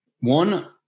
One